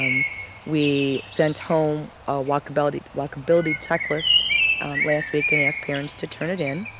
um we sent home a walkability walkability checklist last week and asked parents to turn it in,